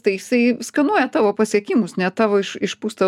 tai jisai skanuoja tavo pasiekimus ne tavo išpūstą